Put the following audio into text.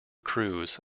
cruise